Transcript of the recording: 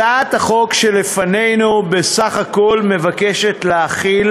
הצעת החוק שלפנינו בסך הכול מבקשת להחיל